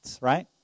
right